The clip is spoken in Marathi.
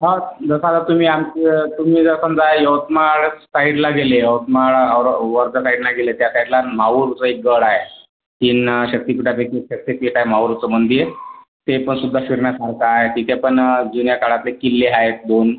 हा जसं आता तुम्ही आमच्या तुम्ही जर आपण जाय यवतमाळ साईडला गेले यवतमाळ और वरच्या साईडला गेले त्या साईडला माहूरचा एक गड आहे तीन शक्तीपीठापैकी एक शक्तीपीठ आहे माहूरचं मंदिर ते पण सुद्धा फिरण्यासारखं आहे तिथे पण जुन्या काळातले किल्ले आहेत दोन